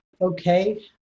okay